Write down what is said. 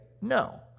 no